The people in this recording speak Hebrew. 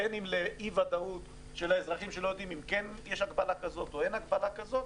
בין אם לאי-ודאות של האזרחים שלא יודעים אם יש או אין הגבלה כזו,